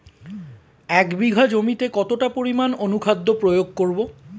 এক বিঘা জমিতে কতটা পরিমাণ অনুখাদ্য প্রয়োগ করব?